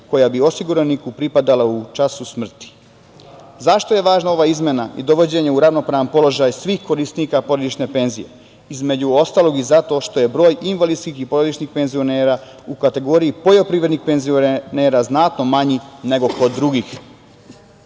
koja bi osiguraniku pripadala u času smrti.Zašto je važna ova izmena i dovođenje u ravnopravan položaj svih korisnika porodične penzije, između ostalog i zato što je broj invalidskih i porodičnih penzionera u kategoriji poljoprivrednih penzionera znatno manji nego kod drugih. Oblast